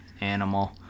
animal